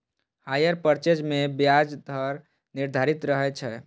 hire purchase मे ब्याज दर निर्धारित रहै छै